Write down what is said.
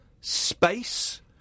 space